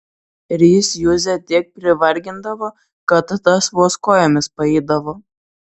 ir jis juzę tiek privargindavo kad tas vos kojomis paeidavo